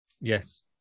Yes